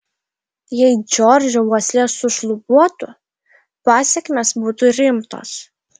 jei džordžo uoslė sušlubuotų pasekmės būtų rimtos